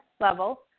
level